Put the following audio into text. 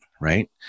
right